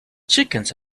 chickens